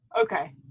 okay